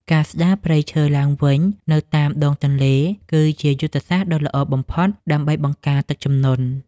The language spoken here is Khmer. ការស្តារព្រៃឈើឡើងវិញនៅតាមដងទន្លេ គឺជាយុទ្ធសាស្ត្រដ៏ល្អបំផុតដើម្បីបង្ការទឹកជំនន់។